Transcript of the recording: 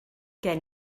gen